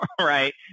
right